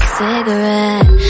cigarette